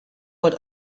what